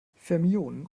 fermionen